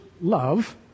love